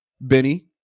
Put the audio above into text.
Benny